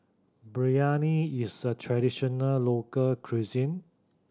biryani is a traditional local cuisine